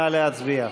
נא להצביע.